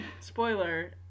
Spoiler